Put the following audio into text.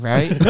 Right